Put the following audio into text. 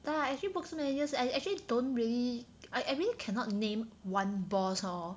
yah lah actually work so many years actually don't really I I mean cannot name one boss lor